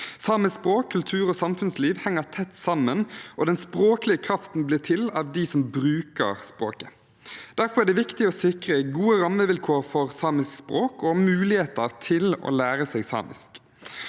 Samisk språk, kultur og samfunnsliv henger tett sammen, og den språklige kraften skapes av dem som bruker språket. Derfor er det viktig å sikre gode rammevilkår for samisk språk og muligheter til å lære seg samisk.